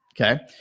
okay